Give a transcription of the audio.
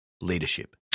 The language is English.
leadership